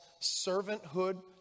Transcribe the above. servanthood